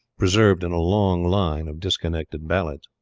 preserved in a long line of disconnected ballads.